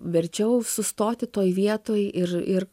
verčiau sustoti toj vietoj ir ir